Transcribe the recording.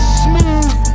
smooth